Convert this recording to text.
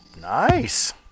Nice